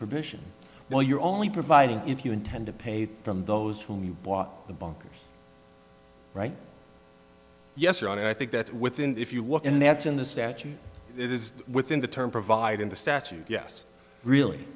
provision well you're only providing if you intend to pay from those whom you bought the bunkers right yes ron i think that's within if you walk in that's in the statute it is within the term provide in the statute yes really